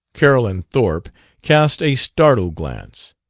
carolyn thorpe cast a startled glance.